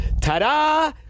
Ta-da